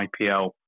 IPL